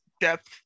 depth